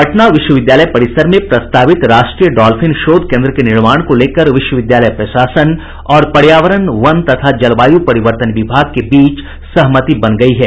पटना विश्वविद्यालय परिसर में प्रस्तावित राष्ट्रीय डाल्फिन शोध केन्द्र के निर्माण को लेकर विश्वविद्यालय प्रशासन और पर्यावरण वन तथा जलवायु परिवर्तन विभाग के बीच सहमति बनी गयी है